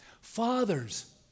Fathers